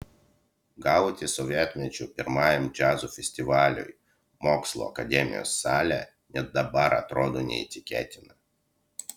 gauti sovietmečiu pirmajam džiazo festivaliui mokslų akademijos salę net dabar atrodo neįtikėtina